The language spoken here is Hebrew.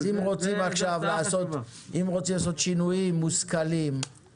אם רוצים לעשות שינויים מושכלים,